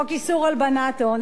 חוק איסור הלבנת הון.